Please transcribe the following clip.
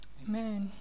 Amen